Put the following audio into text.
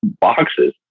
boxes